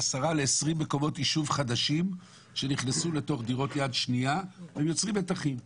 כ-10 מקומות יישוב חדשים וזה יוצר מתחים.